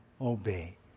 obey